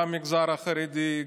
גם המגזר החרדי,